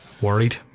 worried